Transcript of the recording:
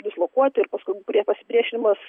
dislokuoti ir paskui pasipriešinimas